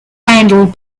handled